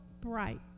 bright